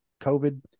COVID